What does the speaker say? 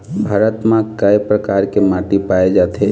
भारत म कय प्रकार के माटी पाए जाथे?